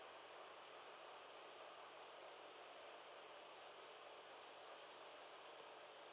ya